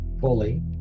fully